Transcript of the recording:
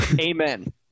amen